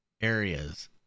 areas